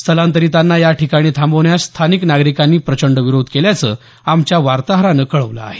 स्थलांतरितांना या ठिकाणी थांबवण्यास स्थानिक नागरिकांनी प्रचंड विरोध केल्याचं आमच्या वार्ताहरानं कळवलं आहे